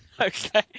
Okay